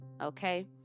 okay